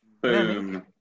Boom